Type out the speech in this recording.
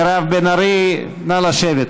מירב בן ארי, נא לשבת.